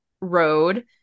road